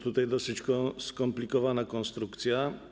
Tutaj jest dosyć skomplikowana konstrukcja.